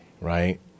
right